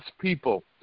people